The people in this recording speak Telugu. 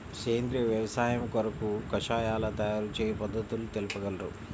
సేంద్రియ వ్యవసాయము కొరకు కషాయాల తయారు చేయు పద్ధతులు తెలుపగలరు?